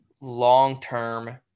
long-term